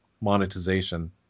monetization